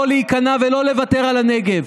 לא להיכנע ולא לוותר על הנגב.